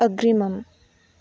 अग्रिमम्